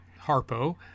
Harpo